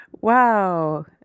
Wow